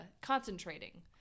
concentrating